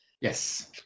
Yes